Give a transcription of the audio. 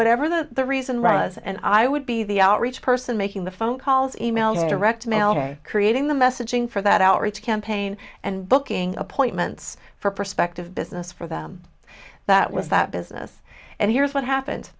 whatever the reason russ and i would be the outreach person making the phone calls emails direct mail creating the messaging for that outreach campaign and booking appointments for prospective business for them that was that business and here's what happened